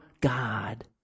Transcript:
God